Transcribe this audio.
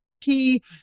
key